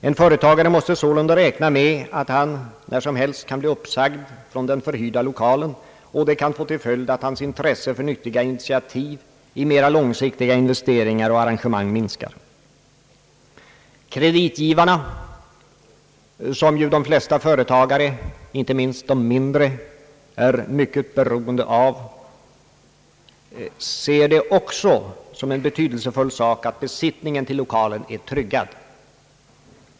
En företagare måste sålunda räkna med att han när som helst kan bli uppsagd från den förhyrda lokalen, och det kan få till följd att hans intresse för nyttiga initiativ i mera långsiktiga investeringar och arrangemang minskar. Kreditgivarna, som de flesta företagare, inte minst de mindre, är mycket beroende av, anser det också betydelsefullt att besittningen till lokalen är tryggad.